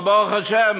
אבל ברוך השם,